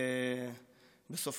בסופו של דבר